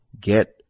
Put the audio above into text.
get